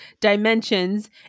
dimensions